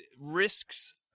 risks